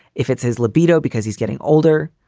if it's his libido because he's getting older.